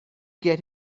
get